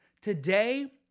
Today